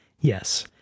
Yes